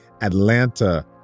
Atlanta